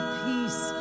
peace